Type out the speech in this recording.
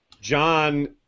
John